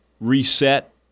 reset